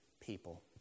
people